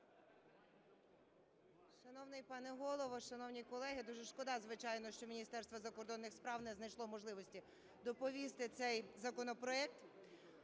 Шановний пане Голово, шановні колеги, дуже шкода, звичайно, що Міністерство закордонних справ не знайшло можливості доповісти цей законопроект.